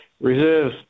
Reserve